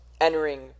entering